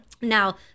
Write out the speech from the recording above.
Now